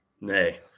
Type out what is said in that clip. Nay